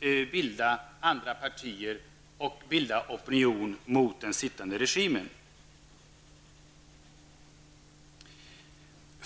bilda andra partier och bilda opinion mot den sittande regimen.